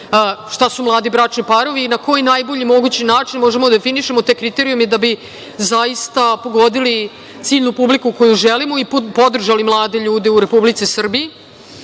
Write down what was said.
šta su mladi bračni parovi, na koji najbolji mogući način možemo da definišemo te kriterijume da bi zaista pogodili ciljnu publiku koju želimo i podržali mlade ljude u Republici Srbiji. Opet